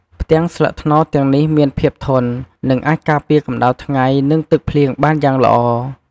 ផ្ទាំងស្លឹកត្នោតទាំងនេះមានភាពធន់ និងអាចការពារកម្ដៅថ្ងៃ និងទឹកភ្លៀងបានយ៉ាងល្អ។